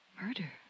Murder